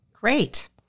Great